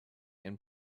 and